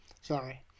sorry